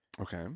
Okay